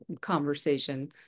conversation